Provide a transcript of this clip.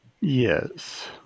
Yes